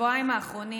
בשבועיים האחרונים